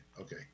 okay